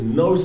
no